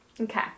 Okay